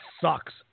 sucks